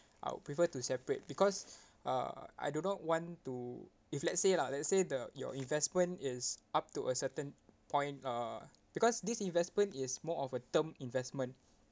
I would prefer to separate because uh I do not want to if let's say lah let's say the your investment is up to a certain point uh because this investment is more of a term investment